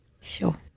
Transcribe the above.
Sure